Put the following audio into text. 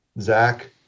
Zach